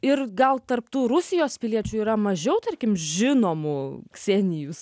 ir gal tarp tų rusijos piliečių yra mažiau tarkim žinomų ksenijos